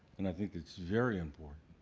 and i think it's very important,